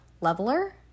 leveler